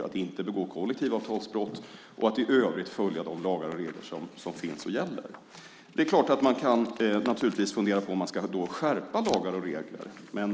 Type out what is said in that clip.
att inte begå kollektivavtalsbrott och att i övrigt följa de lagar och regler som gäller. Man kan naturligtvis fundera på om man ska skärpa lagar och regler.